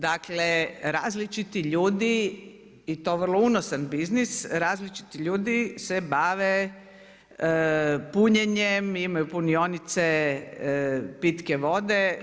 Dakle različiti ljudi i to vrlo unosan biznis, različiti ljudi se bave punjenjem, imaju punionice pitke vode.